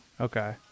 Okay